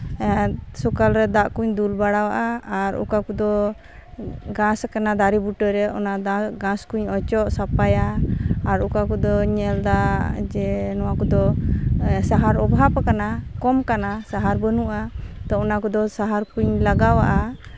ᱥᱚᱠᱟᱞ ᱨᱮ ᱫᱟᱜ ᱠᱚᱧ ᱫᱩᱞ ᱵᱟᱲᱟᱣᱟᱜᱼᱟ ᱚᱠᱟ ᱠᱚᱫᱚ ᱜᱷᱟᱥ ᱠᱟᱱᱟ ᱫᱟᱨᱮ ᱵᱩᱴᱟᱹᱨᱮ ᱚᱱᱟ ᱜᱷᱟᱥ ᱠᱚᱧ ᱚᱪᱚᱜ ᱥᱟᱯᱟᱭᱟ ᱟᱨ ᱚᱠᱟ ᱠᱚᱫᱚᱧ ᱧᱮᱞᱫᱟ ᱡᱮ ᱱᱚᱣᱟ ᱠᱚᱫᱚ ᱥᱟᱦᱟᱨ ᱚᱵᱷᱟᱵᱽ ᱟᱠᱟᱱᱟ ᱠᱚᱢ ᱟᱠᱟᱱᱟ ᱥᱟᱦᱟᱨ ᱵᱟᱹᱱᱩᱜᱼᱟ ᱚᱱᱟ ᱠᱚᱫᱚ ᱥᱟᱦᱟᱨ ᱠᱚᱧ ᱞᱟᱜᱟᱣᱟᱜᱼᱟ